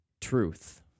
truth